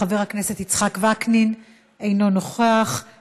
חבר הכנסת יצחק וקנין, אינו נוכח.